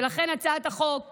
ולכן, הצעת החוק